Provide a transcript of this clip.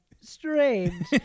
strange